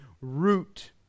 root